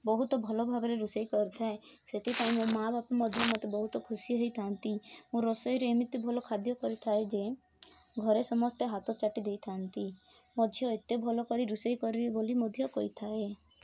ବହୁତ ଭଲ ଭାବରେ ରୋଷେଇ କରିଥାଏ ସେଥିପାଇଁ ମୋ ମାଁ ବାପା ମଧ୍ୟ ମତେ ବହୁତ ଖୁସି ହେଇଥାନ୍ତି ମୁଁ ରୋଷେଇରେ ଏମିତି ଭଲ ଖାଦ୍ୟ କରିଥାଏ ଯେ ଘରେ ସମସ୍ତେ ହାତ ଚାଟି ଦେଇଥାନ୍ତି ମୋ ଝିଅ ଏତେ ଭଲ କରି ରୋଷେଇ କରେ ବୋଲି ମଧ୍ୟ କହିଥାଏ